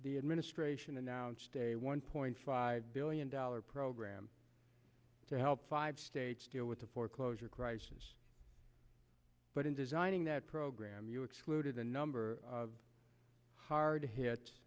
the administration announced a one point five billion dollars program to help five states deal with the foreclosure crisis but in designing that program you excluded a number of hard